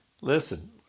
listen